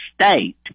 state